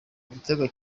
igitego